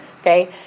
Okay